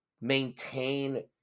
maintain